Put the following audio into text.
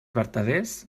vertaders